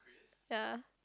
ya